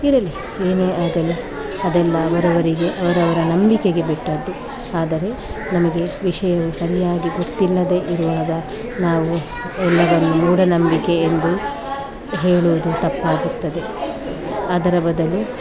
ಇರಲಿ ಏನೇ ಆಗಲಿ ಅದೆಲ್ಲ ಅವರವರಿಗೆ ಅವರವರ ನಂಬಿಕೆಗೆ ಬಿಟ್ಟದ್ದು ಆದರೆ ನಮಗೆ ವಿಷಯವು ಸರಿಯಾಗಿ ಗೊತ್ತಿಲ್ಲದೇ ಇರುವಾಗ ನಾವು ಎಲ್ಲವನ್ನು ಮೂಢನಂಬಿಕೆ ಎಂದು ಹೇಳುವುದು ತಪ್ಪಾಗುತ್ತದೆ ಅದರ ಬದಲು